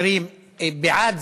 בעד,